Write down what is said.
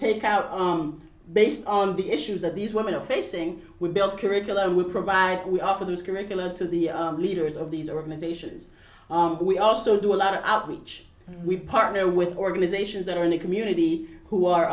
take out on based on the issues that these women are facing we built curriculum we provide we offer those curricula to the leaders of these organizations we also do a lot of outreach we partner with organizations that are in the community who are